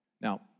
Now